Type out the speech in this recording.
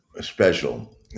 special